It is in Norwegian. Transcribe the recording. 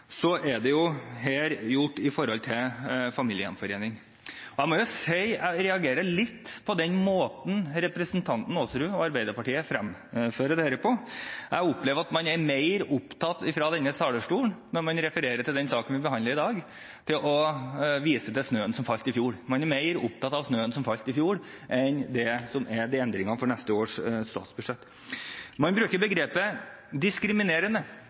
er dette gjort med tanke på familiegjenforening. Jeg må si at jeg reagerer litt på den måten representanten Aasrud og Arbeiderpartiet fremfører dette på. Jeg opplever at man når man refererer til saken vi behandler i dag, fra denne talerstolen er mer opptatt av å vise til snøen som falt i fjor. Man er mer opptatt av snøen som falt i fjor, enn det som er endringene for neste års statsbudsjett. Man bruker begrepet diskriminerende.